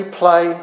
play